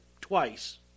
twice